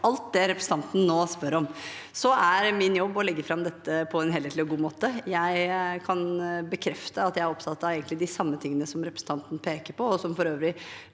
alt det representanten nå spør om. Så er min jobb å legge fram dette på en helhetlig og god måte. Jeg kan bekrefte at jeg er opptatt av de samme tingene som representanten peker på, og som for øvrig